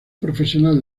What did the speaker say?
profesional